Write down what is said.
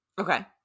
Okay